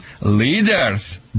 leaders